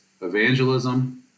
evangelism